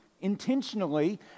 intentionally